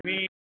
तुम्ही